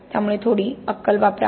त्यामुळे थोडी अक्कल वापरा